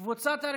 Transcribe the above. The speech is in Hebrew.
קבוצת סיעת